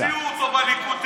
המציאו אותו בליכוד.